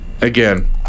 Again